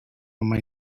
oma